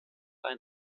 ein